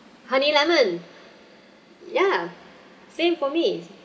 honey lemon ya same for me